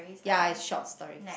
ya it's short stories